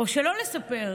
או שלא לספר.